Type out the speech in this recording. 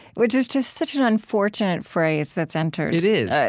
which is just such an unfortunate phrase that's entered, it is,